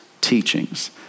teachings